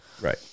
Right